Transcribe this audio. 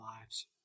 lives